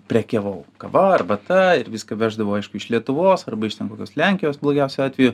prekiavau kava arbata ir viską veždavau aišku iš lietuvos arba iš ten kokios lenkijos blogiausiu atveju